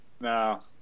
No